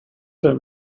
that